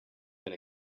been